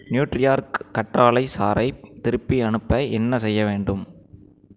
நியூட்ரிஆர்க் கற்றாழை சாறை திருப்பி அனுப்ப என்ன செய்ய வேண்டும்